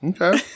Okay